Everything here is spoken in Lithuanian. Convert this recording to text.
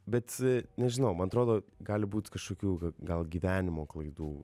bet nežinau man atrodo gali būt kažkokių gal gyvenimo klaidų